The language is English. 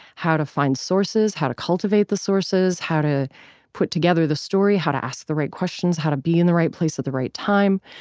how to find sources, how to cultivate the sources, how to put together the story, how to ask the right questions, how to be in the right place at the right time,